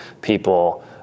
people